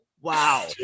Wow